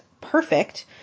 perfect